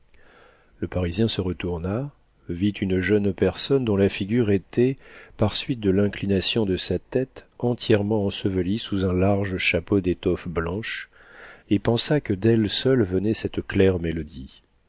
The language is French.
le parisien se retourna vit une jeune personne dont la figure était par suite de l'inclination de sa tête entièrement ensevelie sous un large chapeau d'étoffe blanche et pensa que d'elle seule venait cette claire mélodie